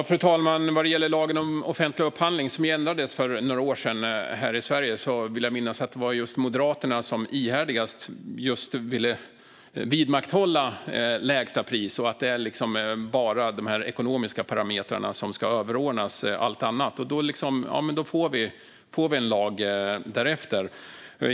Fru talman! Vad gäller lagen om offentlig upphandling, som ju ändrades här i Sverige för några år sedan, vill jag minnas att det var just Moderaterna som ihärdigast ville vidmakthålla lägsta pris och att ekonomiska parametrar ska överordnas allt annat. Då får vi en lag därefter.